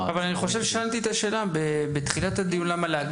--- שאלתי את השאלה בתחילת הדיון את המל"ג,